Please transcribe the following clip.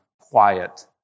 quiet